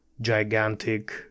gigantic